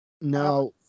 Now